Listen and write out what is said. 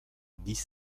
dix